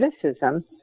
criticism